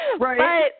Right